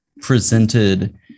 presented